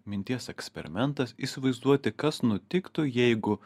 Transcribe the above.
minties eksperimentas įsivaizduoti kas nutiktų jeigu